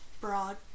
broad